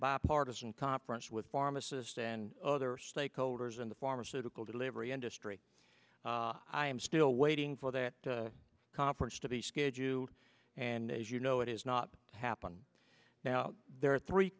bipartisan conference with pharmacists and other stakeholders in the pharmaceutical delivery industry i am still waiting for that conference to be scheduled and as you know it is not happen now there are three